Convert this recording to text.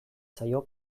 zaio